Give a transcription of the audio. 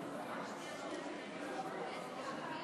גברתי